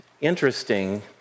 Interesting